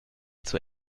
zur